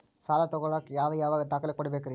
ಸಾಲ ತೊಗೋಳಾಕ್ ಯಾವ ಯಾವ ದಾಖಲೆ ಕೊಡಬೇಕ್ರಿ?